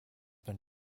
been